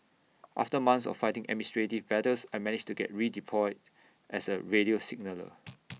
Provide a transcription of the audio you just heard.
after months of fighting administrative battles I managed to get redeployed as A radio signaller